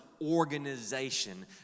organization